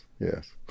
yes